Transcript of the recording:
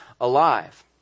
alive